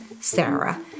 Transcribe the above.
Sarah